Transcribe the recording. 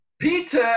Peter